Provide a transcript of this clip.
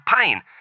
pain